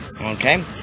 okay